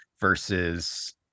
versus